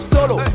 Solo